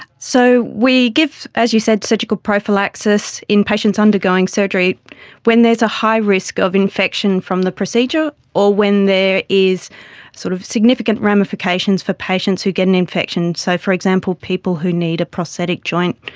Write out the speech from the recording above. so we give, as you said, surgical prophylaxis in patients undergoing surgery when there is a high risk of infection from the procedure, or when there is sort of significant ramifications for patients who get an infection. so, for example, people who need a prosthetic joint,